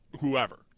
whoever